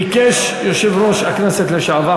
ביקש יושב-ראש הכנסת לשעבר,